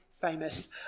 famous